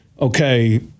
okay